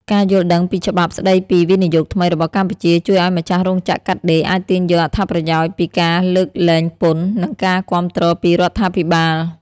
ការយល់ដឹងពីច្បាប់ស្ដីពីវិនិយោគថ្មីរបស់កម្ពុជា ជួយឱ្យម្ចាស់រោងចក្រកាត់ដេរអាចទាញយកអត្ថប្រយោជន៍ពីការលើកលែងពន្ធ និងការគាំទ្រពីរដ្ឋាភិបាល។